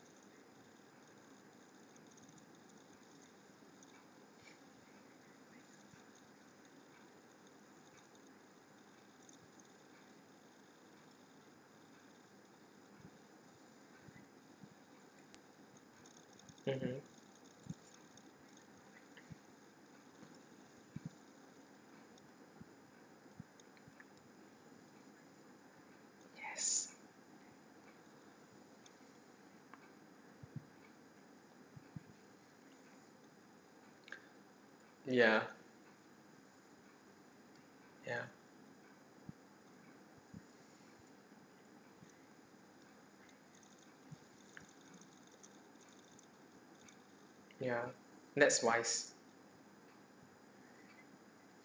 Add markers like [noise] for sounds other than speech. mmhmm yes [noise] ya ya ya that's wise